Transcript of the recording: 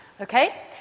Okay